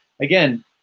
again